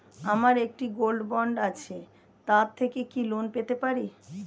আমার একটি gold bond আছে তার থেকে কি লোন পেতে পারি?